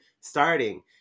starting